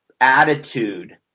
attitude